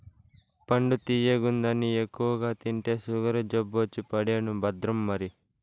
పండు తియ్యగుందని ఎక్కువగా తింటే సుగరు జబ్బొచ్చి పడేను భద్రం మరి